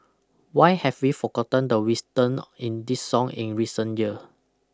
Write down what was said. why have we forgotten the wisdom in this song in recent year